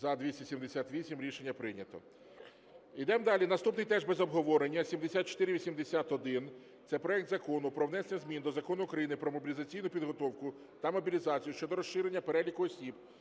За-278 Рішення прийнято. Йдемо далі. Наступний теж без обговорення. 7481. Це проект Закону про внесення змін до Закону України "Про мобілізаційну підготовку та мобілізацію" щодо розширення переліку осіб,